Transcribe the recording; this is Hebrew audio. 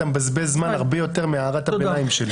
אתה מבזבז זמן הרבה יותר מהערת הביניים שלי.